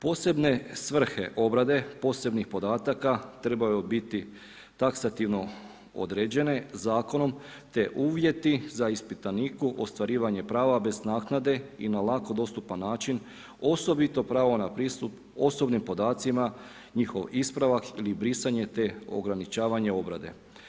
Posebne svrhe obrade posebnih podataka trebaju biti taksativno određene zakonom, te uvjeti za ispitaniku ostvarivanje prava bez naknade i na lako dostupan način, osobito pravo na pristup osobnim podacima, njihov ispravak ili brisanje, te ograničavanje obrade.